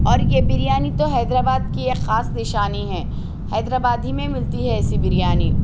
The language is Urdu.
اور یہ بریانی تو حیدرآباد کی ایک خاص نشانی ہے حیدرآباد ہی میں ملتی ہے ایسی بریانی